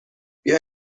بیا